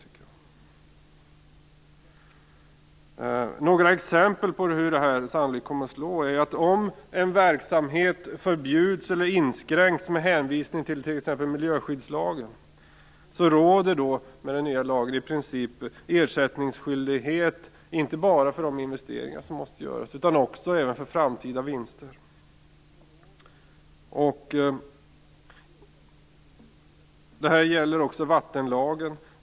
Sedan några exempel på hur detta sannolikt slår. Om en verksamhet förbjuds eller inskränks med hänvisning exempelvis till miljöskyddslagen råder i och med den nya lagen i princip ersättningsskyldighet inte bara för investeringar som måste göras utan också för framtida vinster. Det gäller också vattenlagen.